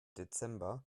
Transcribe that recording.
dezember